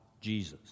Jesus